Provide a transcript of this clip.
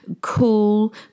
cool